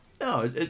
no